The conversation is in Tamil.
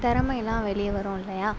திறமையலாம் வெளியே வரும் இல்லையா